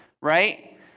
right